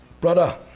brother